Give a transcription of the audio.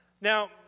Now